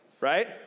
right